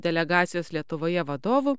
delegacijos lietuvoje vadovu